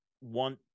want